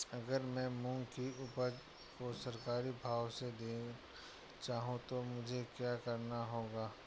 अगर मैं मूंग की उपज को सरकारी भाव से देना चाहूँ तो मुझे क्या करना होगा?